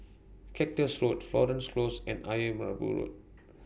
Cactus Road Florence Close and Ayer Merbau Road